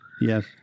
Yes